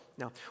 Now